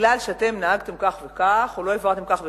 בגלל שאתם נהגתם כך וכך או לא העברתם כך וכך,